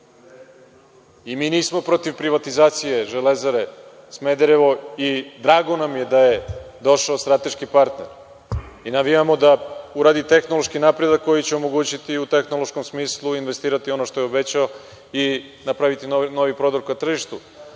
Mi nismo protiv privatizacije „Železare Smederevo“ i drago nam je da je došao strateški partner i navijamo da uradi tehnološki napredak koji će omogućiti u tehnološkom smislu i investirati ono što je obećao i napraviti novi prodor ka tržištu,